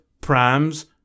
prams